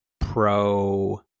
pro